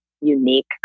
unique